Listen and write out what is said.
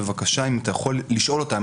בבקשה אם אתה יכול לשאול אותם,